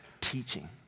teaching